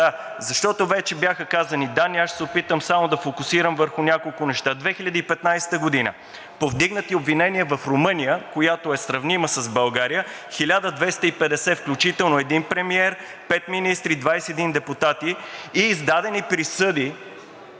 Защото вече бяха казани, аз ще се опитам само да фокусирам върху няколко неща: За 2015 г. – повдигнатите обвинения в Румъния, която е сравнима с България, са 1250, включително един премиер, петима министри, 21 депутати и издадени присъди